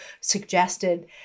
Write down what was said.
suggested